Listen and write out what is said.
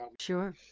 Sure